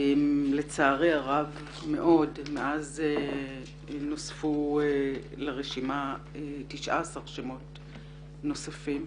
לצערי הרב מאוד מאז נוספו לרשימה 19 שמות נוספים.